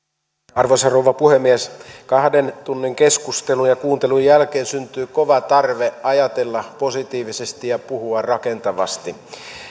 arvoisa rouva puhemies kahden tunnin keskustelun ja kuuntelun jälkeen syntyy kova tarve ajatella positiivisesti ja puhua rakentavasti